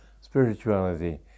spirituality